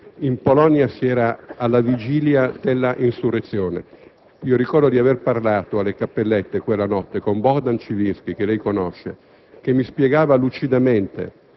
in Polonia si era alla vigilia dell'insurrezione. Ricordo di aver parlato alle Cappellette quella notte con Bohdan Cywinski, che lei conosce, che mi spiegava lucidamente: